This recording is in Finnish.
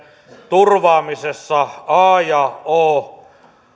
turvaamisessa a ja o